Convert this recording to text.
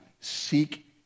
seek